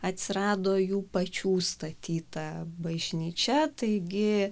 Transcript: atsirado jų pačių statyta bažnyčia taigi